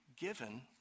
given